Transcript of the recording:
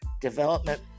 development